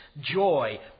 joy